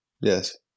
Yes